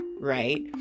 Right